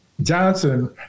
Johnson